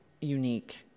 unique